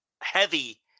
heavy